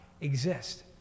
exist